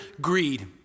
greed